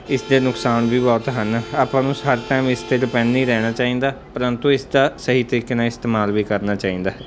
ਇਸਦੇ ਨੁਕਸਾਨ ਵੀ ਬਹੁਤ ਹਨ ਆਪਾਂ ਨੂੰ ਸ ਹਰ ਟਾਈਮ ਇਸ 'ਤੇ ਡਿਪੈਂਡ ਨਹੀਂ ਰਹਿਣਾ ਚਾਹੀਦਾ ਪ੍ਰੰਤੂ ਇਸਦਾ ਸਹੀ ਤਰੀਕੇ ਨਾਲ ਇਸਤੇਮਾਲ ਵੀ ਕਰਨਾ ਚਾਹੀਦਾ ਹੈ